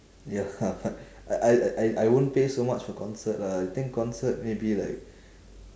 ya I I I I I won't pay so much for concert lah I think concert maybe like